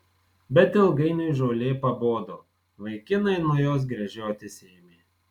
bet ilgainiui žolė pabodo vaikinai nuo jos gręžiotis ėmė